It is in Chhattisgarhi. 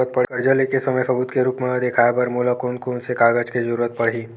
कर्जा ले के समय सबूत के रूप मा देखाय बर मोला कोन कोन से कागज के जरुरत पड़ही?